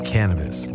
Cannabis